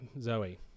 Zoe